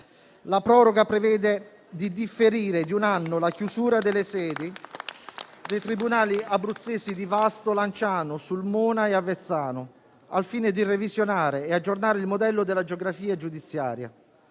La proroga prevede di differire di un anno la chiusura delle sedi dei tribunali abruzzesi di Vasto, Lanciano, Sulmona e Avezzano al fine di revisionare e aggiornare il modello della geografia giudiziaria.